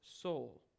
soul